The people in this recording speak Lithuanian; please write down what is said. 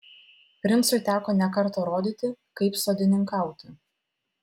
princui teko ne kartą rodyti kaip sodininkauti